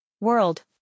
world